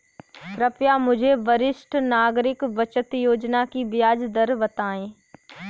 कृपया मुझे वरिष्ठ नागरिक बचत योजना की ब्याज दर बताएं